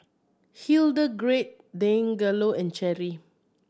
Hildegarde Deangelo and Cherry